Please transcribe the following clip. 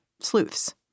sleuths